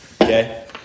okay